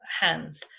hands